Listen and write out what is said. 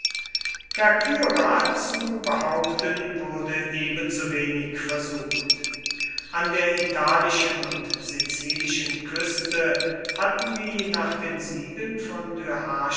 zu behaupten wurde ebensowenig versucht an der italischen und sizilischen küste hatten die nach den siegen von